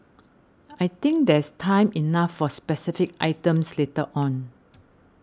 I think there's time enough for specific items later on